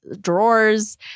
drawers